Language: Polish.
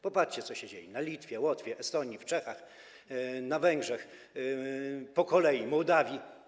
Popatrzcie, co się dzieje na Litwie, Łotwie, w Estonii, Czechach, na Węgrzech, po kolei, w Mołdawii.